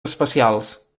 especials